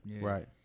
right